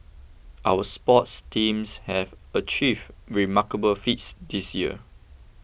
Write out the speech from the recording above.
our sports teams have achieved remarkable feats this year